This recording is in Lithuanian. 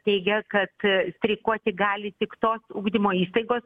teigia kad streikuoti gali tik tos ugdymo įstaigos